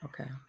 Okay